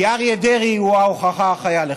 ואריה דרעי הוא ההוכחה החיה לכך.